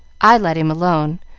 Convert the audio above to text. i let him alone,